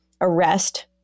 arrest